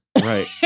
right